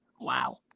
Wow